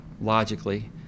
logically